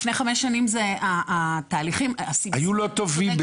לפני חמש שנים התהליכים --- היו לא טובים,